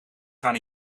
gaan